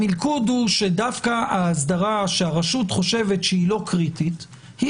המלכוד הוא שדווקא האסדרה שהרשות חושבת שהיא לא קריטית היא